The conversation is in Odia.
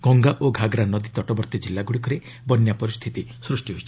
ଗଙ୍ଗା ଓ ଘାଘରା ନଦୀ ତଟବର୍ତ୍ତୀ ଜିଲ୍ଲାଗୁଡ଼ିକରେ ବନ୍ୟା ପରିସ୍ଥିତି ସୃଷ୍ଟି ହୋଇଛି